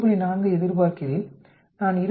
4 ஐ எதிர்பார்க்கிறேன் நான் 20